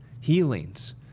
healings